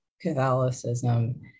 catholicism